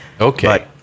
Okay